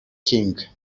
king